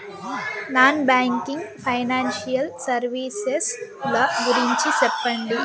Non banking financial services ల గురించి సెప్పండి?